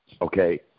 Okay